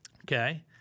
Okay